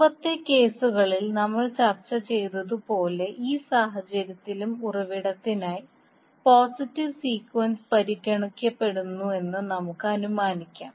മുമ്പത്തെ കേസുകളിൽ നമ്മൾ ചർച്ച ചെയ്തതുപോലെ ഈ സാഹചര്യത്തിലും ഉറവിടത്തിനായി പോസിറ്റീവ് സീക്വൻസ് പരിഗണിക്കപ്പെടുന്നുവെന്ന് നമുക്ക് അനുമാനിക്കാം